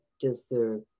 deserve